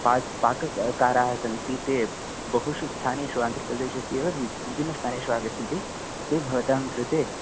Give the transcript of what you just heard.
पाक पाककाराः सन्ति ते बहुषु स्थानेषु आन्ध्रप्रदेशस्य वि विभिन्नस्थानेषु आगच्छन्ति ते भवतां कृते